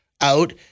out